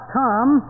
come